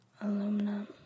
aluminum